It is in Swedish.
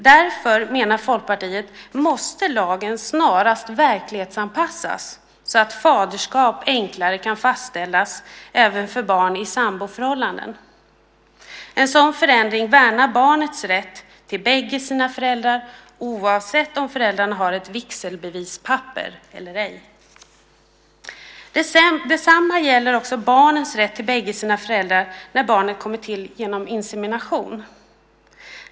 Därför, menar Folkpartiet, måste lagen snarast verklighetsanpassas så att faderskap enklare kan fastställas även för barn i samboförhållanden. En sådan förändring värnar barnets rätt till bägge sina föräldrar oavsett om föräldrarna har ett vigselbevispapper eller ej. Detsamma gäller också barnens rätt till bägge sina föräldrar när barnen kommer till genom insemination.